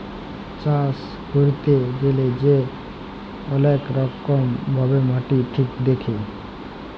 চাষ ক্যইরতে গ্যালে যে অলেক রকম ভাবে মাটি ঠিক দ্যাখে